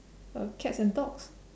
uh cats and dogs